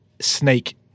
snake